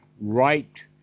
right